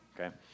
Okay